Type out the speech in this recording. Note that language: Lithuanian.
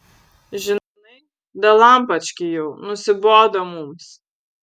žinai dalampački jau nusibodo mums